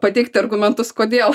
pateikti argumentus kodėl